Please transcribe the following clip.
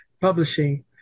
Publishing